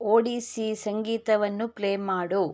Odyssey ಸಂಗೀತವನ್ನು play ಮಾಡು